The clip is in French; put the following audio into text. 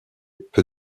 peu